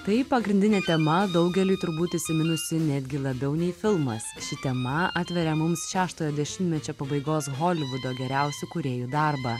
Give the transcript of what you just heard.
tai pagrindinė tema daugeliui turbūt įsiminusi netgi labiau nei filmas ši tema atveria mums šeštojo dešimtmečio pabaigos holivudo geriausių kūrėjų darbą